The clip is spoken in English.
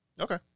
Okay